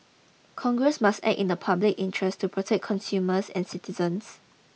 congress must act in a public interest to protect consumers and citizens